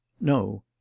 No